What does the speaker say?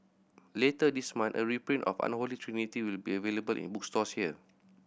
later this month a reprint of Unholy Trinity will be available in bookstores here